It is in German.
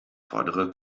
vordere